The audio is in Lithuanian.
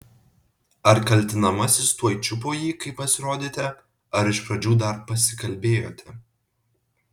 ar kaltinamasis tuoj čiupo jį kai pasirodėte ar iš pradžių dar pasikalbėjote